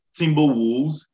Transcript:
Timberwolves